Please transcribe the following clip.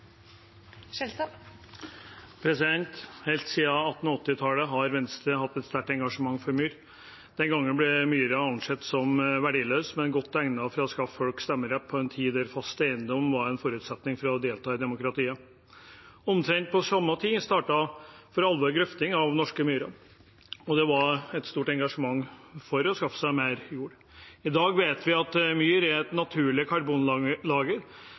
Helt siden 1880-tallet har Venstre hatt et sterkt engasjement for myr. Den gangen ble myr ansett som verdiløs, men godt egnet til å skaffe folk stemmerett i en tid da fast eiendom var en forutsetning for å delta i demokratiet. Omtrent på samme tid startet for alvor grøfting av norske myrer. Det var et stort engasjement for å skaffe seg mer jord. I dag vet vi at myr er et naturlig karbonlager,